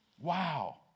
Wow